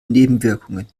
nebenwirkungen